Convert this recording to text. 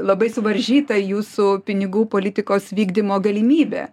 labai suvaržyta jūsų pinigų politikos vykdymo galimybė